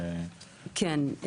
כן.